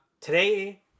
Today